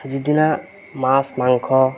যিদিনা মাছ মাংস